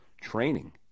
training